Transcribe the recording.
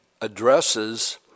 addresses